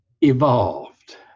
evolved